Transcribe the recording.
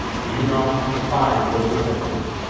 do not despise their descendant,